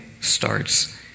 starts